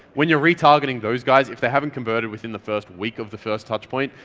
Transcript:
when you're retargeting those guys, if they haven't converted within the first week of the first touch point,